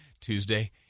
Tuesday